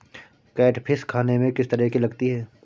Catfish खाने में किस तरह की लगती है?